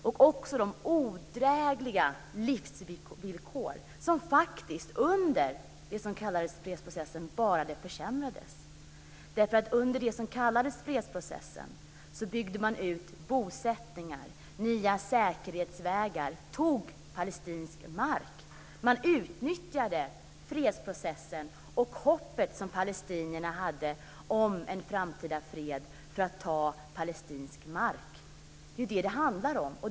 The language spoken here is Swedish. Vi har också de odrägliga livsvillkoren, som faktiskt bara försämrades under det som kallades fredsprocessen. Under det som kallades fredsprocessen byggde man ut bosättningar och nya säkerhetsvägar. Man tog palestinsk mark. Man utnyttjade fredsprocessen och hoppet som palestinierna hade om en framtida fred för att ta palestinsk mark. Det är detta det handlar om.